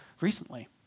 recently